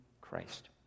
Christ